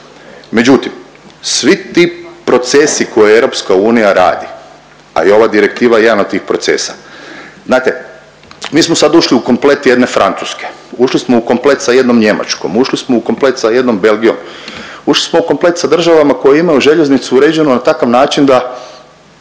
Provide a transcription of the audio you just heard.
Međutim, svi ti procesi koje EU radi, a i ova Direktiva je jedan od tih procesa, znate, mi smo sad ušli u komplet jedne Francuske, ušli smo u komplet sa jednom Njemačkom, ušli smo u komplet sa jednom Belgijom, ušli smo u komplet sa državama koje imaju željeznicu uređenu na takav način da